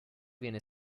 viene